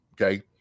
Okay